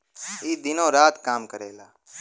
ई दिनो रात काम करेला